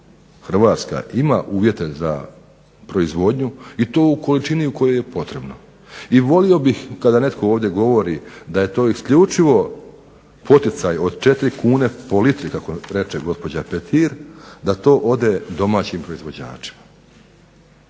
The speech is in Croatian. Hrvatska ima uvjete za proizvodnju i to u količini u kojoj je potrebno. I volio bih kada netko ovdje govori da je to isključivo poticaj od 4 kune po litri kako to reče gospođa Petir da to ode domaćim proizvođačima.